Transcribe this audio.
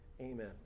Amen